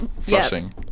Flushing